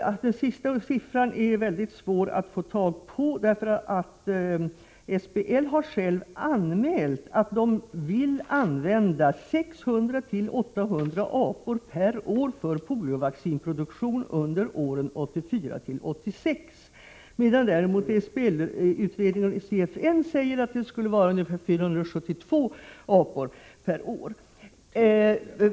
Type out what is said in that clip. Den sista siffran är mycket svår att få tag på. SBL har anmält att man vill använda 600-800 apor per år för poliovaccinproduktion under åren 1984-1986, medan däremot SBL-utredningen och CFN anger att det skulle vara fråga om ungefär 472 apor per år.